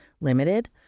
limited